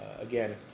again